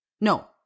No